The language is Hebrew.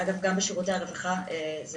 גם בשירותי הרווחה זה